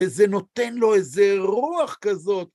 וזה נותן לו איזה רוח כזאת.